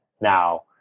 now